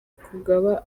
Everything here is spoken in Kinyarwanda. kugaba